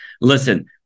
Listen